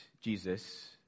Jesus